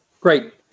Great